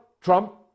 Trump